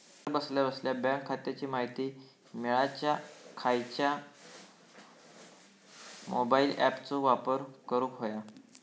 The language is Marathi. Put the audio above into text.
घरा बसल्या बसल्या बँक खात्याची माहिती मिळाच्यासाठी खायच्या मोबाईल ॲपाचो वापर करूक होयो?